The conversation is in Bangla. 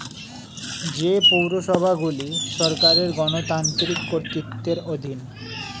যে পৌরসভাগুলি সরকারের গণতান্ত্রিক কর্তৃত্বের অধীন